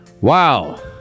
Wow